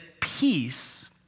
peace